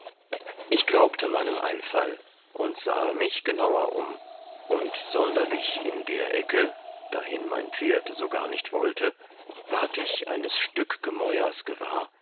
ich glaubte meinem einfall und sahe mich genauer um und sonderlich in der ecke dahin mein pferd so gar nicht wollte ward ich eines stück gemäuers gewahr